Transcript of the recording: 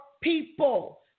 people